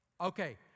Okay